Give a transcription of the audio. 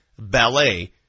ballet